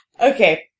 Okay